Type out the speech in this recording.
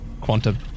Quantum